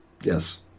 Yes